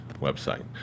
website